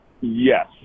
Yes